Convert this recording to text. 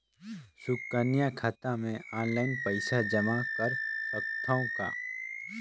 सुकन्या खाता मे ऑनलाइन पईसा जमा कर सकथव का?